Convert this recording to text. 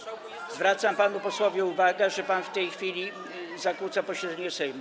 Zwracam panu posłowi uwagę, że pan w tej chwili zakłóca posiedzenie Sejmu.